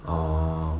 orh